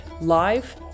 live